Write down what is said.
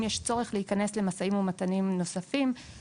יש צורך להיכנס למשאים ומתנים נוספים,